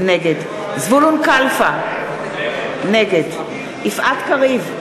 נגד זבולון קלפה, נגד יפעת קריב,